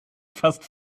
fast